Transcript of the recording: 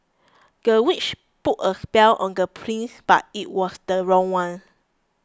the witch put a spell on the prince but it was the wrong one